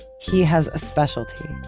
he has a specialty.